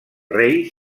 rei